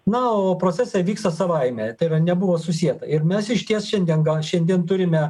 na o procesai vyksta savaime tai yra nebuvo susieta ir mes išties šiandien šiandien turime